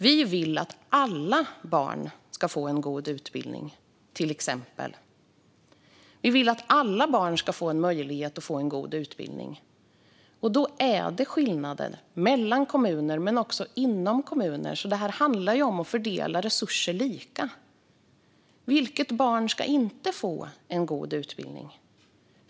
Vi vill att alla barn ska få en god utbildning, och det finns skillnader mellan och inom kommuner. Det handlar alltså om att fördela resurser lika. Vilket barn ska inte få en god utbildning?